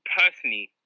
personally